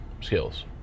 skills